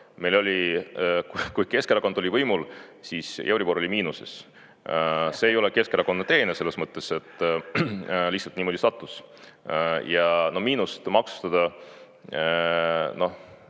madalal. Kui Keskerakond oli võimul, siis euribor oli miinuses. See ei ole Keskerakonna teene selles mõttes, et lihtsalt niimoodi sattus. Ja miinust maksustada – noh,